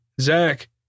Zach